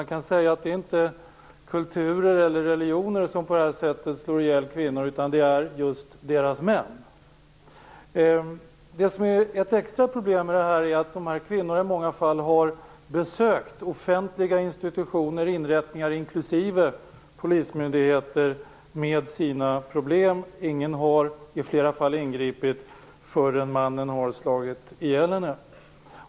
Man kan säga att det inte är kulturer eller religioner som på detta sätt slår ihjäl kvinnor, utan just deras män. Ett extra problem är att dessa kvinnor i många fall har besökt offentliga institutioner och inrättningar inklusive polismyndigheter med anledning av sina problem. I flera fall har ingen ingripit förrän mannen har slagit ihjäl kvinnan.